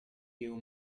you